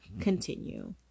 continue